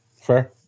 Fair